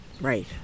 right